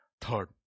Third